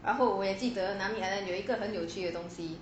然后我也记得 nami island 有一个很有趣的东西